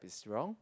it's wrong